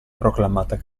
proclamata